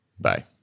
Bye